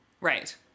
Right